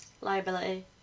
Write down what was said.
Liability